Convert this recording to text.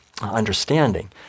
understanding